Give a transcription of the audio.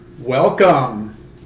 Welcome